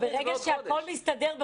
ברגע שהכול מסתדר,